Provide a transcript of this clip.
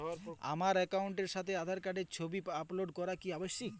আমার অ্যাকাউন্টের সাথে আধার কার্ডের ছবি আপলোড করা কি আবশ্যিক?